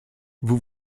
vous